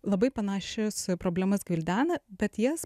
labai panašias problemas gvildena bet jas